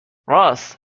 رآس